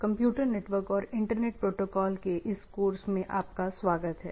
computer network और internet protocol के इस कोर्स में आपका स्वागत है